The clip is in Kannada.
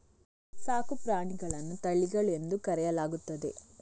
ಸಾಕು ಪ್ರಾಣಿಗಳನ್ನು ತಳಿಗಳು ಎಂದು ಕರೆಯಲಾಗುತ್ತದೆ